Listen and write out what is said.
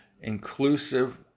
inclusive